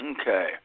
Okay